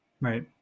Right